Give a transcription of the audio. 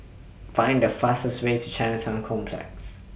Find The fastest Way to Chinatown Complex